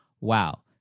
wow